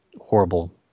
horrible